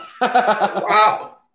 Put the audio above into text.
Wow